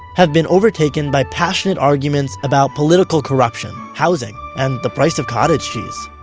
have been overtaken by passionate arguments about political corruption, housing, and the price of cottage cheese